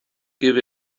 give